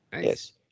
Yes